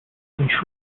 shrimp